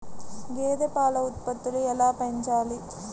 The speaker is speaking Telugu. గేదె పాల ఉత్పత్తులు ఎలా పెంచాలి?